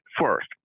First